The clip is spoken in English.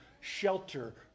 shelter